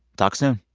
talk soon